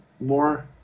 more